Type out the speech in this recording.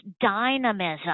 dynamism